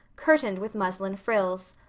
curtained with muslin frills.